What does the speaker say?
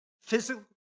physical